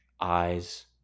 eyes